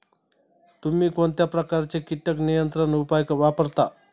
तुम्ही कोणत्या प्रकारचे कीटक नियंत्रण उपाय वापरता?